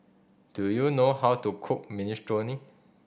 do you know how to cook Minestrone